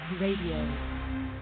Radio